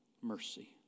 mercy